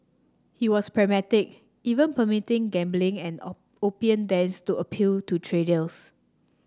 he was pragmatic even permitting gambling and opium dens to appeal to